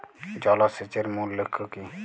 জল সেচের মূল লক্ষ্য কী?